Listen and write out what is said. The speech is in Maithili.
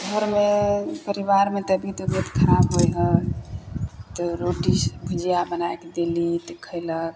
घरमे परिवारमे तबिअत वबिअत खराब होइ हइ तऽ रोटी भुजिआ बनाकऽ देली तऽ खएलक